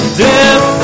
death